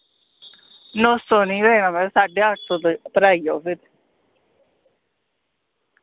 नौ सौ नी देना मैं साड्डे अट्ठ सौ आई जाओ फिर